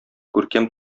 күркәм